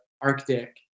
Arctic